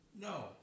No